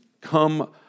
come